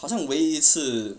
好像为一次